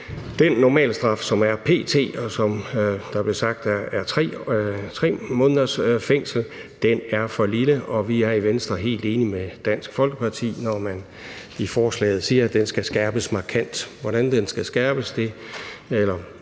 Den normalstraf, som der p.t. er, og som der blev sagt er 3 måneders fængsel, er for lille, og vi er i Venstre helt enige med Dansk Folkeparti, når man i forslaget siger, at den skal skærpes markant. Hvordan den skal skærpes, eller